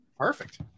Perfect